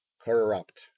corrupt